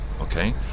Okay